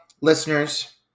listeners